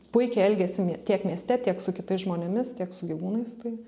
puikiai elgėsi tiek mieste tiek su kitais žmonėmis tiek su gyvūnais tai